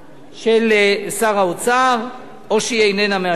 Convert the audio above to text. של שר האוצר או שהיא איננה מאשרת.